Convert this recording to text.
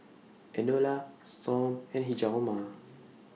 Enola Storm and Hjalmar